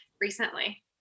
recently